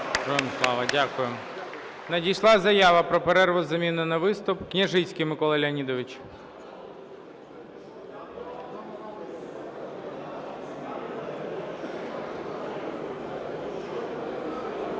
Дякую. Надійшла заява про перерву із заміною на виступ. Княжицький Микола Леонідович.